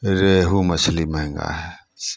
रेहु मछली महगा हइ